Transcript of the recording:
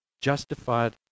justified